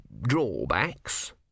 drawbacks